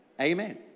Amen